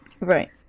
Right